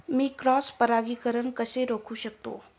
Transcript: मी cross परागीकरण कसे रोखू शकतो?